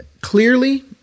clearly